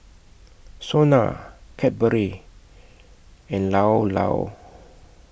Sona Cadbury and Llao Llao